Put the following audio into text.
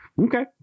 Okay